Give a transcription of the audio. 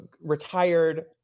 retired